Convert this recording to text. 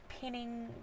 pinning